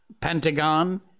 Pentagon